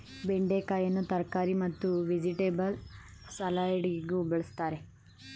ಬೆಂಡೆಕಾಯಿಯನ್ನು ತರಕಾರಿಯಾಗಿ ಮತ್ತು ವೆಜಿಟೆಬಲ್ ಸಲಾಡಗಿಯೂ ಬಳ್ಸತ್ತರೆ